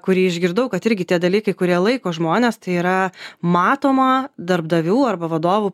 kurį išgirdau kad irgi tie dalykai kurie laiko žmones tai yra matoma darbdavių arba vadovų pagarba